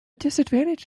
disadvantage